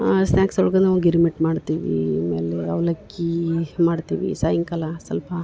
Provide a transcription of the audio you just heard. ಆ ಸ್ನಾಕ್ಸ್ ಒಳ್ಗ ನಾವು ಗಿರ್ಮಿಟ್ ಮಾಡ್ತೀವಿ ಆಮೇಲೆ ಅವಲಕ್ಕಿ ಮಾಡ್ತೀವಿ ಸಾಯಂಕಲ ಸ್ವಲ್ಪ